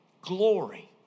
glory